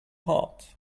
heart